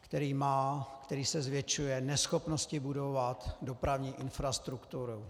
který má, který se zvětšuje, neschopnosti budovat dopravní infrastrukturu.